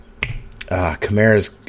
Kamara's